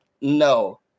no